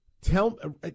tell